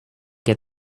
get